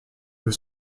was